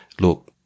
look